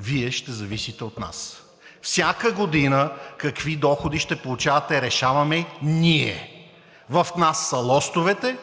Вие ще зависите от нас! Всяка година какви доходи ще получавате, решаваме ние! В нас са лостовете,